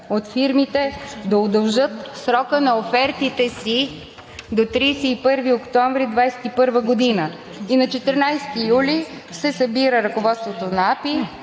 от фирмите да удължат срока на офертите си до 31 октомври 2021 г. и на 14 юли 2021 г. се събира ръководството на АПИ